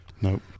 Nope